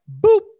boop